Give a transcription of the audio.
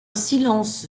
silence